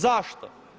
Zašto?